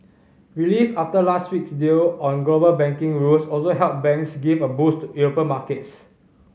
relief after last week's deal on global banking rules also helped banks give a boost to European markets